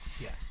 Yes